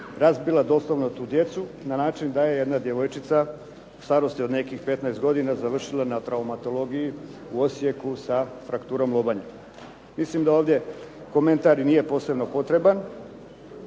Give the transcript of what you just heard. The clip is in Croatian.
razbila doslovno tu djecu na način da je jedna djevojčica u starosti od nekih 15 godina, završila na traumatologiji u Osijeku sa frakturom lubanje. Mislim da ovdje komentar i nije posebno potreban,